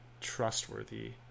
trustworthy